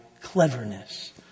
cleverness